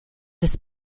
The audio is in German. des